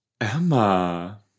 Emma